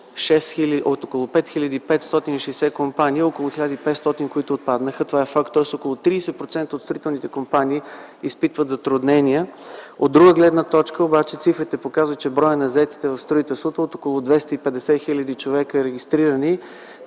от около 5560 компании има около 1500, които отпаднаха. Това е факт. Тоест около 30% от строителните компании изпитват затруднения. От друга гледна точка обаче цифрите показват, че броят на заетите в строителството от около 250 хил. регистрирани